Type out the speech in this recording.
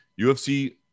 UFC